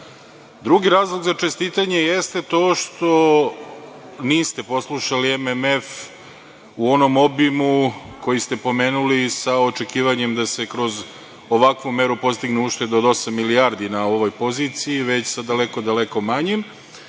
razlog za čestitanje jeste to što niste poslušali MMF u onom obimu koji ste pomenuli sa očekivanjem da se kroz ovakvu meru postigne ušteda od osam milijardi na ovoj poziciji, već sa daleko manjom,